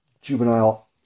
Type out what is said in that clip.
juvenile